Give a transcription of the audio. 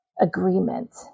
agreement